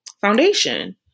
foundation